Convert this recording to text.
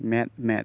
ᱢᱮᱫ ᱢᱮᱫ